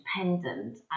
independent